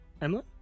emily